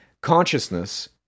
Consciousness